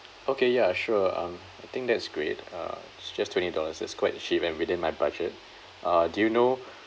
okay ya sure um I think that's great err it's just twenty dollars it's quite cheap and within my budget uh do you know